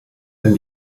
denn